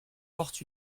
portent